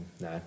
No